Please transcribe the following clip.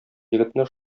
егетне